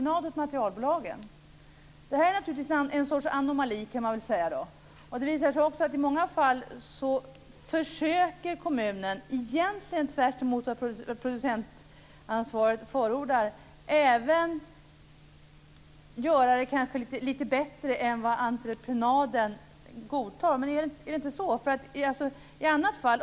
Kommunen samlar alltså in på entreprenad åt materialbolagen. Man kan kanske säga att detta är en sorts anomali. I många fall försöker kommunen, egentligen tvärtemot vad producentansvaret förordar, även göra det lite bättre än vad entreprenaden godtar. Är det inte så?